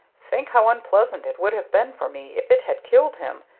think how unpleasant it would have been for me if it had killed him,